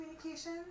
communication